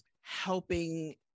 helping